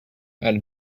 and